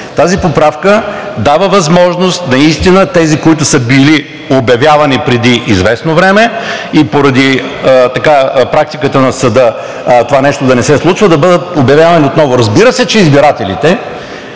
Тази поправка дава възможност наистина тези, които са били обявявани преди известно време, и поради практиката на съда това нещо да не се случва, да бъдат обявявани отново. Разбира се, избирателите